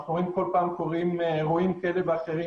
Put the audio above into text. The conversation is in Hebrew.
ואנחנו רואים שכל פעם קורים אירועים כאלה ואחרים